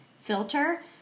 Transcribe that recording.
filter